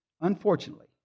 Unfortunately